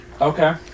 okay